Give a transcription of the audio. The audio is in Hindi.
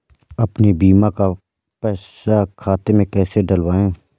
अपने बीमा का पैसा खाते में कैसे डलवाए?